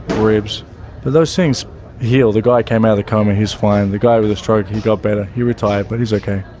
ribs. but those things heal. the guy came out of the coma he's fine. the guy with the stroke he got better. he retired, but he's ok.